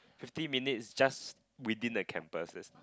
fifty minutes just within the campuses